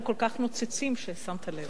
הם כל כך נוצצים ששמת לב.